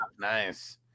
Nice